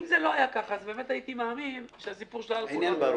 אם זה לא היה כך אז באמת הייתי מאמין שהסיפור על האלכוהול תקין.